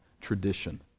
tradition